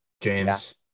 James